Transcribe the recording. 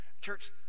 Church